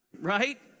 Right